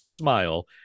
smile